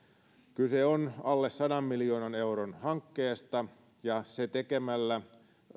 kyse on alle sadan miljoonan euron hankkeesta ja se tekemällä